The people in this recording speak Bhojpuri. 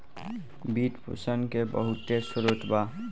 वित्त पोषण के बहुते स्रोत बा